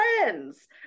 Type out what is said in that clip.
friends